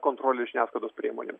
kontrolės žiniasklaidos priemonėms